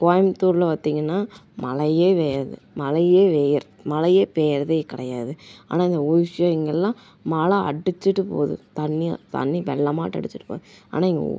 கோயபுத்தூர்ல பார்த்திங்கன்னா மழையே பெய்யாது மழையே பெய்கிற மழையே பெய்யுறதே கிடையாது ஆனால் இந்த ஒரு சில இடங்கள்லாம் மழை அடிச்சிட்டு போது தண்ணி தண்ணி வெள்ளமாட்டோம் அடிச்சிட்டு போது ஆனால்